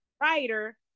writer